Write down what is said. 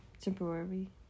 temporary